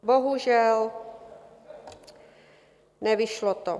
Bohužel, nevyšlo to.